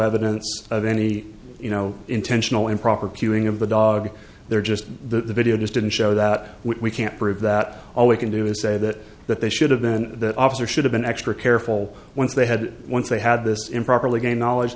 evidence of any you know intentional improper cueing of the dog there just the video just didn't show that we can't prove that all we can do is say that that they should have been that officer should have been extra careful when they had once they had this improperly gained knowledge